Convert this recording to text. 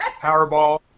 Powerball